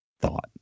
thought